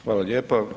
Hvala lijepa.